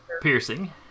piercing